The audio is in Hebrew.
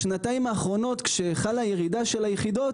בשנתיים האחרונות כשחלה הירידה של היחידות,